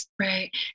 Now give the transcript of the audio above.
right